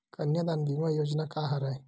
कन्यादान बीमा योजना का हरय?